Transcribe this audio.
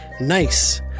Nice